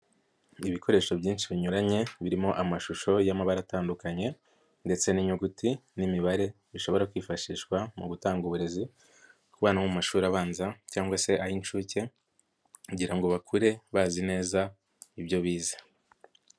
Ibikoresho byinshi binyuranye birimo amashusho y'amabara atandukanye ndetse n'inyuguti n'imibare bishobora kwifashishwa mu gutanga uburezi kubana bo mu mashuri abanza cyangwa se ay'inshuke kugira ngo bakure bazi neza ibyo bize.